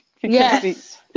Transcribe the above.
Yes